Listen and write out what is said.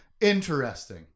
Interesting